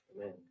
Amen